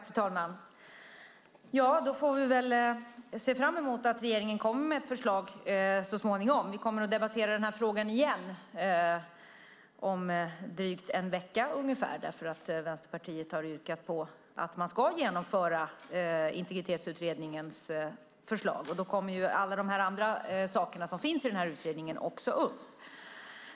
Fru talman! Då får vi väl se fram emot att regeringen kommer med ett förslag så småningom. Vi kommer att debattera den här frågan igen om drygt en vecka eftersom Vänsterpartiet yrkat på att man ska genomföra Integritetsutredningens förslag. Då kommer även alla de andra saker som finns i utredningen upp.